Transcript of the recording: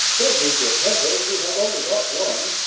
don't lose your temper you have only got one.